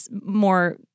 more